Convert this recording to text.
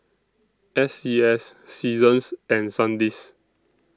S C S Seasons and Sandisk